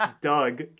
Doug